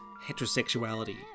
heterosexuality